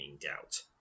doubt